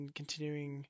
continuing